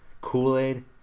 Kool-Aid